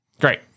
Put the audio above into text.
Great